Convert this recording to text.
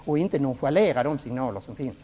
Vi får inte nonchalera de signaler som finns.